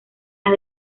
las